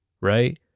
Right